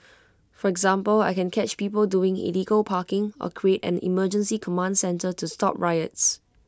for example I can catch people doing illegal parking or create an emergency command centre to stop riots